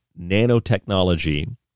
nanotechnology